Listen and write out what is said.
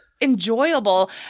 enjoyable